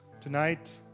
Tonight